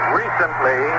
recently